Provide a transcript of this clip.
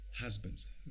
husbands